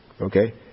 Okay